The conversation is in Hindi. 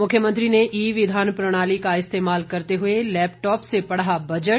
मुख्यमंत्री ने ई विधान प्रणाली का इस्तेमाल करते हुए लैपटॉप से पढ़ा बजट